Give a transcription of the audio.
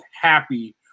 happy